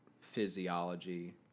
physiology